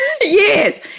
yes